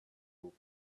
will